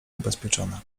ubezpieczony